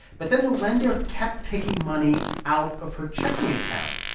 but then the lender kept taking money out of her checking account.